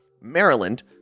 Maryland